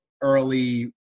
early